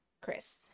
Chris